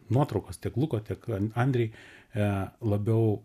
nuotraukos tiek luko tiek andrej labiau